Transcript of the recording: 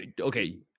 Okay